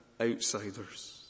outsiders